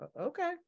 Okay